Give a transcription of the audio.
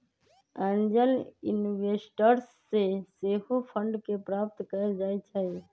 angel investors से सेहो fund के प्राप्त कएल जाइ छइ